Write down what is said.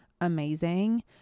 amazing